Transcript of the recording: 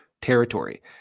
territory